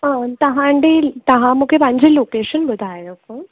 ऐं तव्हांजी तव्हां मूंखे पंहिंजी लोकेशन ॿुधाए रखो